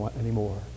anymore